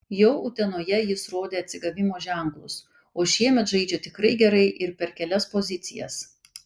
jau utenoje jis rodė atsigavimo ženklus o šiemet žaidžia tikrai gerai ir per kelias pozicijas